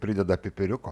prideda pipiriuko